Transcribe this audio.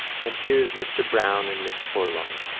and here's mr. browne and miss furlong.